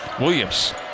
Williams